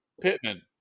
Pittman